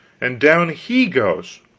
and down he goes,